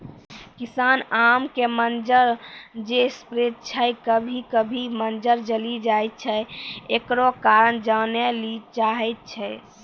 किसान आम के मंजर जे स्प्रे छैय कभी कभी मंजर जली जाय छैय, एकरो कारण जाने ली चाहेय छैय?